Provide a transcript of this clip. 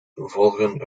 volgen